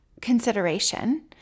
consideration